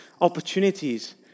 opportunities